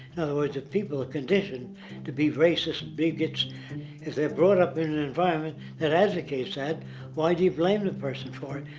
words, if people are conditioned to be racist bigots if they are brought up in an environment that advocates that why do you blame the person for it?